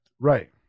Right